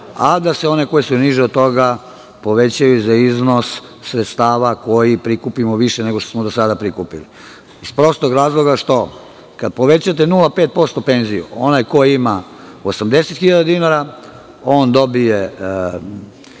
a da se one koje su niže od toga povećaju za iznos sredstava koji prikupimo više nego što smo do sada prikupili. Iz prostog razloga što, kada povećate 0,5% penziju, onaj ko ima 80.000 dinara, on dobije